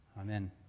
Amen